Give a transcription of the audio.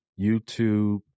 YouTube